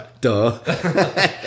Duh